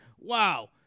wow